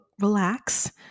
relax